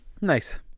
Nice